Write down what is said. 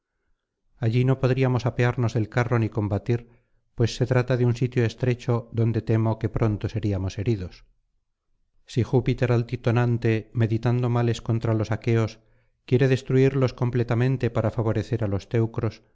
allí no podríamos apearnos del carro ni combatir pues se trata de un sitio estrecho donde temo que pronto seríamos heridos si júpiter altitonante meditando males contra los aqueos quiere destruirlos completamente para favorecer á los teucros